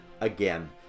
again